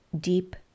deep